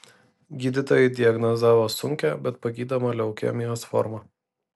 gydytojai diagnozavo sunkią bet pagydomą leukemijos formą